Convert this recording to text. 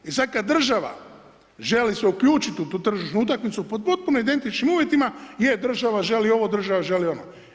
I sad kad država želi se uključit u tu tržišnu utakmicu pod potpuno identičnim uvjetima, je država želi ovo, država želi ono.